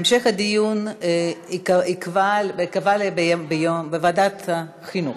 המשך הדיון ייקבע בוועדת החינוך.